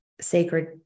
sacred